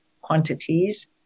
quantities